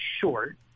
short